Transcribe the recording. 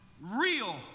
real